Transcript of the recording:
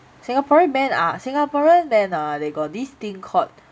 singaporean men are singaporean men ah they got this thing called